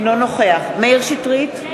אינו נוכח מאיר שטרית,